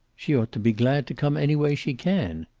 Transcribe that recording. she ought to be glad to come any way she can,